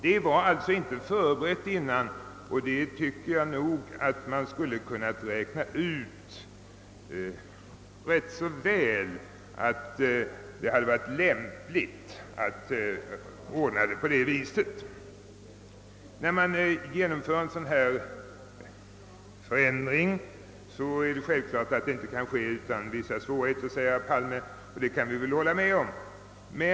Detta var alltså inte förberett tidigare, men jag tycker att man skulle ganska lätt ha kunnat räkna ut att det var lämpligt att ordna det på det sättet. Herr Palme säger vidare att en genomgripande förändring av detta slag självfallet inte går att genomföra utan svårigheter. Det kan man hålla med om.